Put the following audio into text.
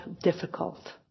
difficult